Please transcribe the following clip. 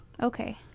Okay